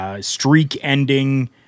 streak-ending